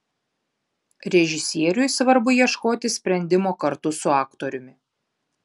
režisieriui svarbu ieškoti sprendimo kartu su aktoriumi